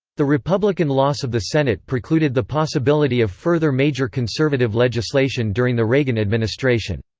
the republican loss of the senate precluded the possibility of further major conservative legislation during the reagan administration.